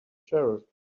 sheriff